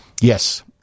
Yes